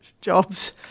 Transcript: jobs